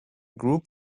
group